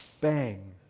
bang